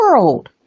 world